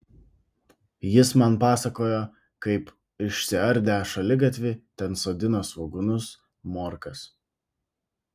jis man pasakojo kaip išsiardę šaligatvį ten sodino svogūnus morkas